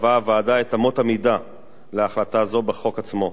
קבעה הוועדה את אמות המידה להחלטה זו בחוק עצמו,